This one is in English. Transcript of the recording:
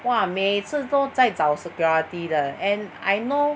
!wah! 每次都在找 security 的 and I know